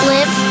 Live